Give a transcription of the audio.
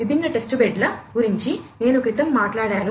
విభిన్న టెస్ట్బెడ్ల గురించి నేను క్రితం మాట్లాడాను